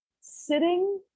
sitting